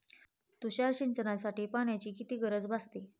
तुषार सिंचनासाठी पाण्याची किती गरज भासते?